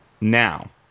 now